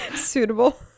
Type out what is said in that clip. suitable